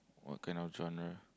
what kind of genre